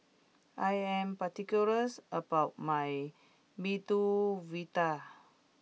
I am particular about my Medu Vada